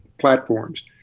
platforms